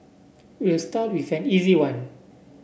we'll start with an easy one